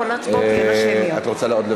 בעד טלב אבו עראר,